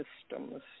systems